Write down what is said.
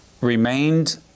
remained